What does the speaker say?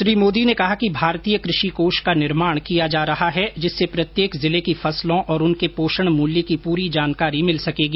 श्री मोदी ने कहा कि भारतीय कृषि कोष का निर्माण किया जा रहा है जिससे प्रत्येक जिले की फसलों और उनके पोषण मूल्य की पूरी जानकारी मिल सकेगी